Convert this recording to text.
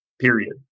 Period